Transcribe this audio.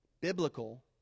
biblical